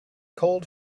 cold